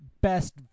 best